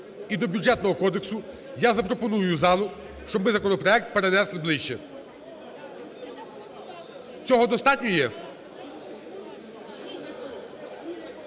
і до Бюджетного кодексу я запропоную залу, щоб ми законопроект перенесли ближче. Цього достатньо є?